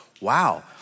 wow